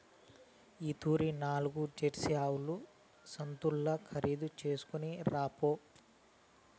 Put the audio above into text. ఈ తూరి నాల్గు జెర్సీ ఆవుల సంతల్ల ఖరీదు చేస్కొని రాపో